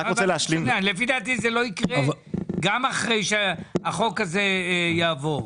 לפי דעתי זה לא יקרה, גם אחרי שהחוק הזה יעבור.